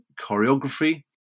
choreography